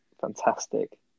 Fantastic